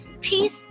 Peace